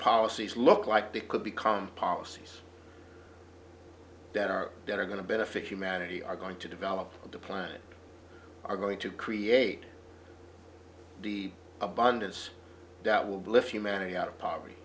policies look like they could become policies that are that are going to benefit humanity are going to develop the planet are going to create abundance that will lift humanity out of poverty